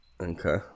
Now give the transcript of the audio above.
Okay